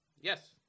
Yes